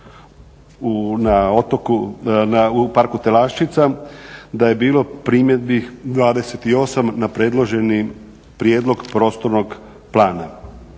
u Parku Telaščica da je bilo primjedbi 28 na predloženi prijedlog prostornog plana.